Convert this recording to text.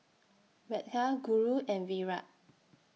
Medha Guru and Virat